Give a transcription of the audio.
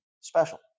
special